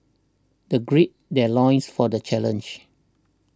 the gird their loins for the challenge